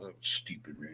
stupid